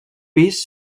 pis